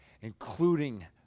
including